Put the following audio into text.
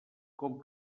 com